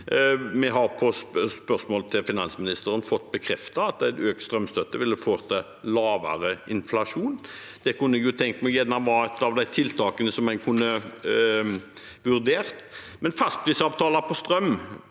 Vi har i spørsmål til finansministeren fått bekreftet at økt strømstøtte ville ført til lavere inflasjon. Det kunne jeg tenkt meg var ett av tiltakene man kunne vurdert, men fastprisavtale på strøm